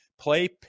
Play